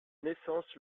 naissance